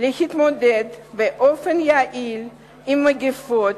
להתמודד באופן יעיל עם מגפות,